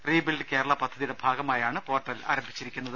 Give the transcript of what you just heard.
rebuild Kerala പദ്ധതിയുടെ ഭാഗമായാണ് portal ആരം ഭിച്ചിരിക്കുന്നത്